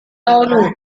tahunmu